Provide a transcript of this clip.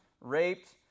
raped